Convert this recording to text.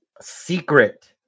Secret